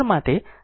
5 t છે